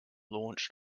launched